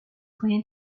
pueden